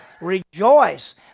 rejoice